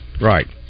right